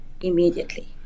immediately